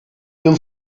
yıl